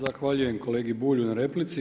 Zahvaljujem kolegi Bulju na replici.